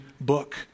book